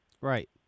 Right